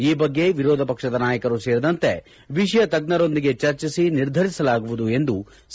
ಈ ್ ಬಗ್ಗೆ ವಿರೋಧ ಪಕ್ಷದ ನಾಯಕರು ಸೇರಿದಂತೆ ವಿಷಯ ತಜ್ಞರೊಂದಿಗೆ ಚರ್ಚಿಸಿ ನಿರ್ಧರಿಸಲಾಗುವುದು ಎಂದು ಸಿ